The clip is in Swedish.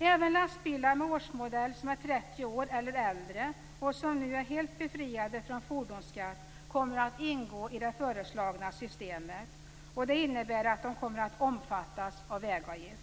Även lastbilar med en årsmodell som är 30 år eller äldre och som nu är helt befriade från fordonsskatt kommer att ingå i det föreslagna systemet. Det innebär att de kommer att omfattas av vägavgift.